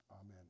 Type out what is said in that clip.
Amen